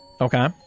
Okay